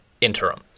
interim